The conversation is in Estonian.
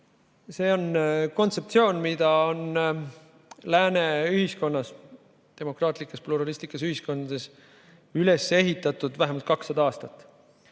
on kontseptsioon, mida on lääne ühiskonnas, demokraatlikes pluralistlikes ühiskondades üles ehitatud vähemalt 200 aastat.